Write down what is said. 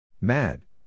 Mad